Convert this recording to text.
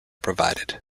provided